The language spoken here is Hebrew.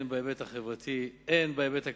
הן בהיבט החברתי והן בהיבט הכלכלי.